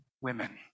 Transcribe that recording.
women